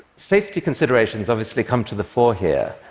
safety considerations obviously come to the fore, here.